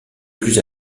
plus